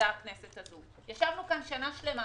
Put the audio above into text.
שידעה הכנסת הזו ישבנו כאן שנה שלמה,